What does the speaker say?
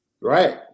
Right